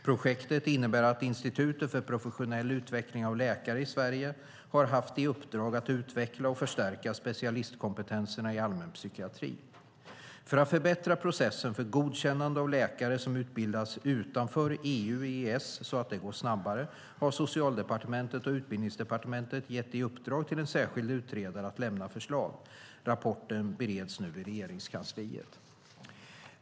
Projektet innebär att Institutet för professionell utveckling av läkare i Sverige, Ipuls, har haft i uppdrag att utveckla och förstärka specialistkompetenserna i allmänpsykiatri. För att förbättra processen för godkännande av läkare som utbildats utanför EU/EES, så att den går snabbare, har Socialdepartementet och Utbildningsdepartementet gett i uppdrag till en särskild utredare att lämna förslag. Rapporten bereds nu i Regeringskansliet.